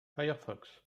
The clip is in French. firefox